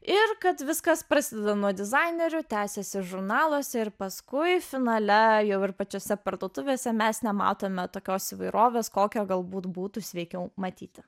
ir kad viskas prasidėjo nuo dizainerių tęsiasi žurnaluose ir paskui finale jau ir pačiose parduotuvėse mes nematome tokios įvairovės kokio galbūt būtų sveikiau matyti